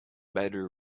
better